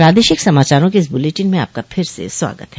प्रादेशिक समाचारों के इस बुलेटिन में आपका फिर से स्वागत है